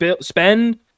spend